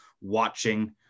watching